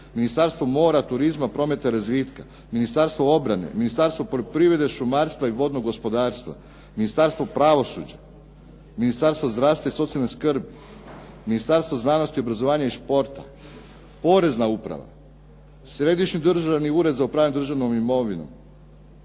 Ministarstvo mora, turizma, prometa i razvitka, Ministarstvo obrane, Ministarstvo poljoprivrede, šumarstva i vodnog gospodarstva, Ministarstvo pravosuđa, Ministarstvo zdravstva i socijalne skrbi, Ministarstvo znanosti, obrazovanja i športa, Porezna uprava, Središnji državni ured za upravljanje državnom imovinom.